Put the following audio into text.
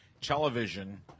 television